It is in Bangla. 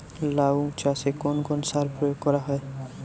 লাউ চাষে কোন কোন সার প্রয়োগ করা হয়?